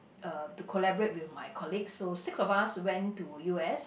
uh to collaborate with my colleagues so six of us went to U_S